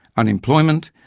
unemployment,